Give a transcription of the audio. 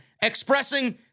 expressing